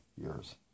years